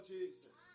Jesus